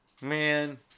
man